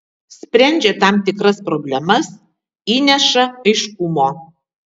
sprendžia tam tikras problemas įneša aiškumo